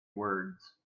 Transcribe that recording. words